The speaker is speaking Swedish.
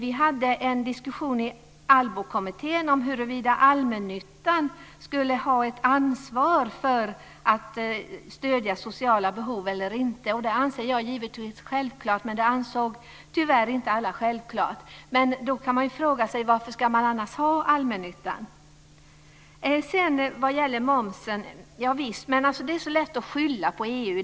I Allbokommittén hade vi en diskussion om huruvida allmännyttan skulle ha ett ansvar för att stödja sociala behov eller inte. Givetvis anser jag det vara en självklarhet. Tyvärr ansåg inte alla det. Då kan man fråga sig: Varför ska man annars ha allmännyttan? När det gäller momsen är det så lätt att skylla på EU.